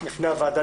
בפני הוועדה,